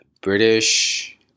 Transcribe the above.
British